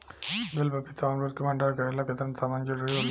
बेल पपीता और अमरुद के भंडारण करेला केतना तापमान जरुरी होला?